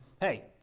hey